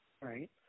Right